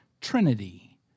trinity